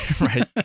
Right